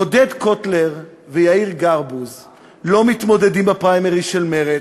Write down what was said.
עודד קוטלר ויאיר גרבוז לא מתמודדים בפריימריז של מרצ,